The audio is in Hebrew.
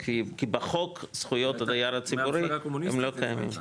כי בחוק זכויות הדייר הציבורי הם לא קיימים.